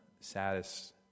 saddest